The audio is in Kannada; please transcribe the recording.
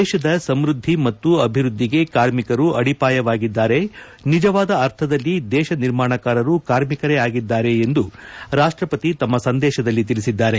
ದೇಶದ ಸಮೃದ್ಧಿ ಮತ್ತು ಅಭಿವೃದ್ಧಿಗೆ ಕಾರ್ಮಿಕರು ಅಡಿಪಾಯವಾಗಿದ್ದಾರೆ ನಿಜವಾದ ಅರ್ಥದಲ್ಲಿ ದೇಶ ನಿರ್ಮಾಣಕಾರರು ಕಾರ್ಮಿಕರೇ ಆಗಿದ್ದಾರೆ ಎಂದು ರಾಷ್ಟಪತಿ ತಮ್ಮ ಸಂದೇಶದಲ್ಲಿ ತಿಳಿಸಿದ್ದಾರೆ